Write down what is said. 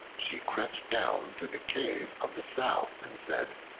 she crept down to the cave of the sow, and said,